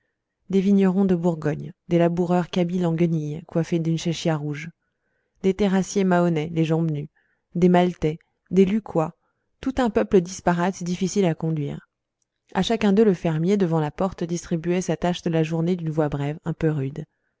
des vignerons de bourgogne des laboureurs kabyles en guenilles coiffés d'une chéchia rouge des terrassiers mahonnais les jambes nues des maltais des lucquois tout un peuple disparate difficile à conduire à chacun d'eux le fermier devant la porte distribuait sa tâche de la journée d'une voix brève un peu rude